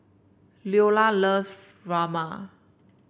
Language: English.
Leola love Rajma